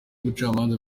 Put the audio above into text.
ubucamanza